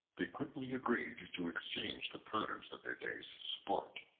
they quickly agreed to exchange the produce of their day's sport.